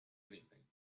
anything